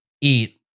eat